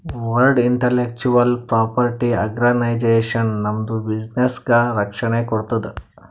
world intellectual property organisation ನಮ್ದು ಬಿಸಿನ್ನೆಸ್ಗ ರಕ್ಷಣೆ ಕೋಡ್ತುದ್